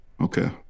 Okay